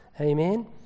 Amen